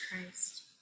Christ